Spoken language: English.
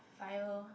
fire